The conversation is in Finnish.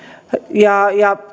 ja ja